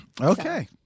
Okay